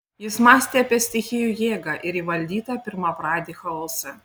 jis mąstė apie stichijų jėgą ir įvaldytą pirmapradį chaosą